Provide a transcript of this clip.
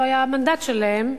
לא היה המנדט שלהם,